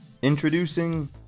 Introducing